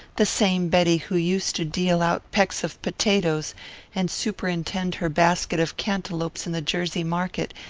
the same betty who used to deal out pecks of potatoes and superintend her basket of cantaloupes in the jersey market,